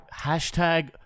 Hashtag